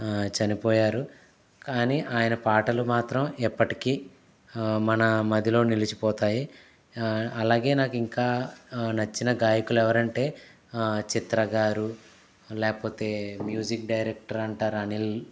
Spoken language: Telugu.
చనిపోయారు కాని ఆయన పాటలు మాత్రం ఎప్పటికీ మన మదిలో నిలిచిపోతాయి అలాగే నాకు ఇంకా నచ్చిన గాయకులు ఎవరంటే చిత్ర గారు లేకపోతే మ్యూజిక్ డైరెక్టర్ అంటారు అనిల్